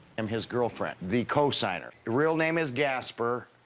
and his girlfriend. the cosigner. the real name is gaspar,